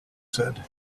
said